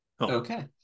Okay